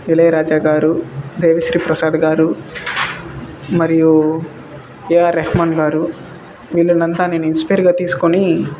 ఇళయరాజా గారు దేవిశ్రీ ప్రసాద్ గారు మరియు ఏఆర్ రెహమాన్ గారు వీళ్ళనంతా నేను ఇన్స్పయరిగా తీసుకొని